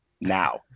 now